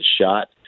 shot